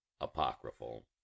apocryphal